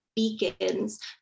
Beacons